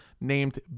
named